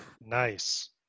Nice